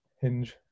Hinge